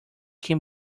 can